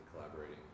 collaborating